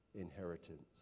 inheritance